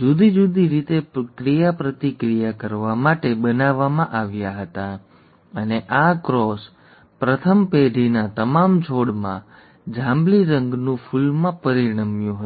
જુદી જુદી રીતે ક્રિયાપ્રતિક્રિયા કરવા માટે બનાવવામાં આવ્યા હતા અને આ ક્રોસ પ્રથમ પેઢીના તમામ છોડમાં જાંબલી રંગનું ફૂલમાં પરિણમ્યું હતું